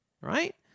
Right